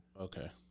Okay